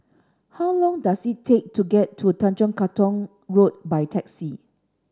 how long does it take to get to Tanjong Katong Road by taxi